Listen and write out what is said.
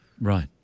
Right